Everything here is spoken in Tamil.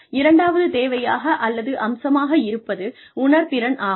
இரண்டாவது தேவையாக அல்லது அம்சமாக இருப்பது உணர்திறன் ஆகும்